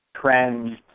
trends